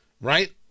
Right